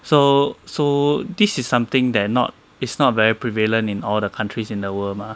so so this is something that is not it's not very prevalent in all the countries in the world mah